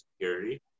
security